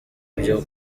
byo